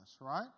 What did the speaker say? right